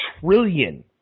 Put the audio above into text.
trillion